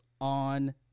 on